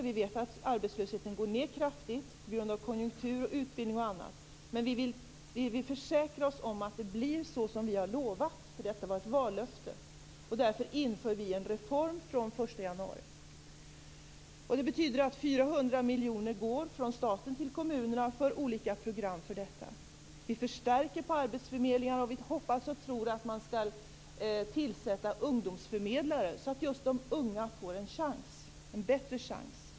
Vi vet att arbetslösheten går ned kraftigt på grund av konjunktur, utbildning och annat, men vi vill ändå försäkra oss om att det blir så som vi har lovat, eftersom detta var ett vallöfte. Därför inför vi en reform som börjar gälla den 1 januari. Det betyder att 400 miljoner går från staten till kommunerna till olika program för detta. Vi förstärker resurserna på arbetsförmedlingarna, och vi hoppas och tror att man skall tillsätta ungdomsförmedlare, så att just de unga får en chans, en bättre chans.